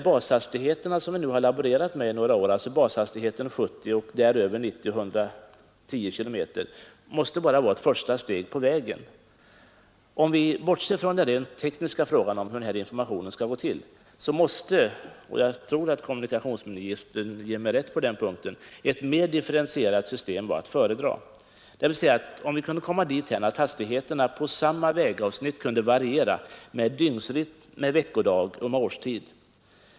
Bashastigheterna som vi nu laborerat med några år, dvs. 70, 90 och 110 km per timme, får bara vara ett första steg på vägen. Om vi bortser från den rent tekniska frågan om hur informationen skall spridas måste — och jag tror kommunikationsministern ger mig rätt på den punkten — ett mer differentierat system vara att föredra, dvs. om vi kunde komma dithän att hastigheterna på samma vägavsnitt kunde variera med dygnsrytm, veckodag och årstid.